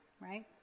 right